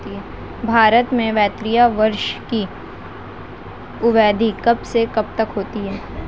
भारत में वित्तीय वर्ष की अवधि कब से कब तक होती है?